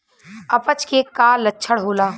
अपच के का लक्षण होला?